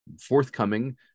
forthcoming